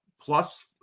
plus